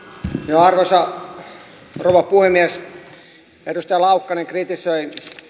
arvoisa rouva puhemies edustaja laukkanen kritisoi